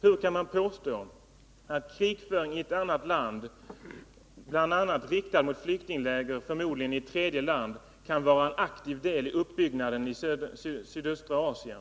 Hur kan man påstå att krigföring i ett annat land, bl.a. riktad mot flyktingläger, förmodligen i ett tredje land, kan vara en aktiv del av uppbyggnaden i sydöstra Asien?